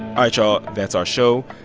all right, y'all, that's our show.